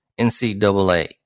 NCAA